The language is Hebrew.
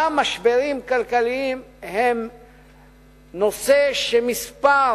גם משברים כלכליים הם נושא שמספר